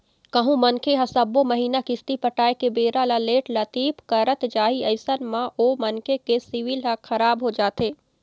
कहूँ मनखे ह सब्बो महिना किस्ती पटाय के बेरा ल लेट लतीफ करत जाही अइसन म ओ मनखे के सिविल ह खराब हो जाथे